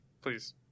please